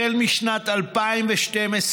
משנת 2012,